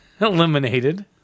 Eliminated